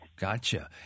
Gotcha